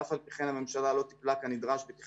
ואף על פי כן הממשלה לא טיפלה כנדרש בתכנון